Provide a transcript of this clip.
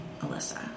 Alyssa